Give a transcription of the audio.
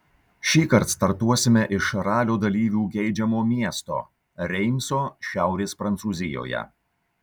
šįkart startuosime iš ralio dalyvių geidžiamo miesto reimso šiaurės prancūzijoje